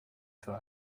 für